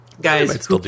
Guys